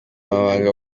amabanga